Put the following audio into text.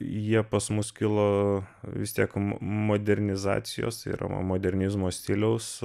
jie pas mus kilo vis tiek mo modernizacijos yra modernizmo stiliaus